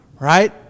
Right